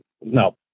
no